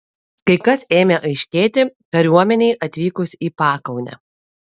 kai kas ėmė aiškėti kariuomenei atvykus į pakaunę